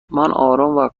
کارآمد